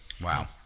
Wow